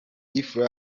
fla